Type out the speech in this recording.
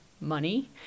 money